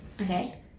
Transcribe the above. Okay